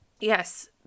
yes